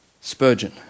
Spurgeon